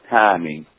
timing